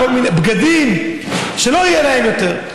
בגדים שלא יהיו להם יותר,